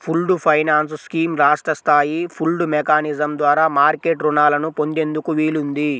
pooled finance scheme రాష్ట్ర స్థాయి pooled mechanism ద్వారా మార్కెట్ రుణాలను పొందేందుకు వీలుంది